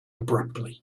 abruptly